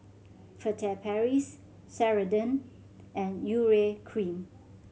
Furtere Paris Ceradan and Urea Cream